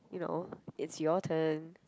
you know it's your turn